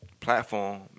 platform